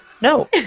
No